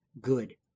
good